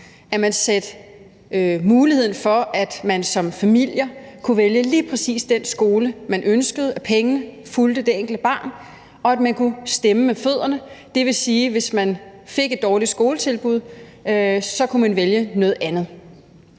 at man indsatte muligheden for, at man som familier kunne vælge lige præcis den skole, man ønskede, og at pengene fulgte det enkelte barn, og at man kunne stemme med fødderne. Det vil sige, at hvis man fik et dårligt skoletilbud, så kunne man vælge noget andet.